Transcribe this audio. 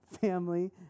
family